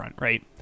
right